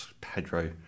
Pedro